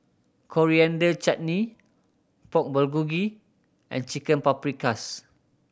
Coriander Chutney Pork Bulgogi and Chicken Paprikas